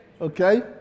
Okay